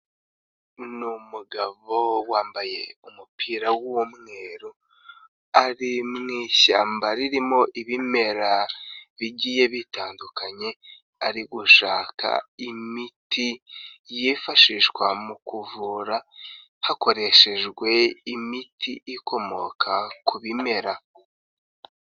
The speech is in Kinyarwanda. Ni umugabo wambaye umupira w'umweru, ari mu ishyamba ririmo ibimera bigiye bitandukanye, ari gushaka imiti yifashishwa mu kuvura hakoreshejwe imiti ikomoka ku bimera.